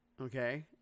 okay